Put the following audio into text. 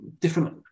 different